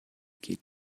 geht